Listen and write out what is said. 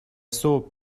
صبح